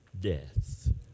death